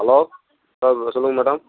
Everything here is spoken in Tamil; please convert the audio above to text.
ஹலோ சொல்லுங்கள் மேடம்